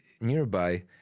nearby